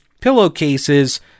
pillowcases